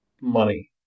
money